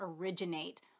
originate